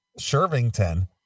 Shervington